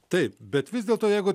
taip bet vis dėlto jeigu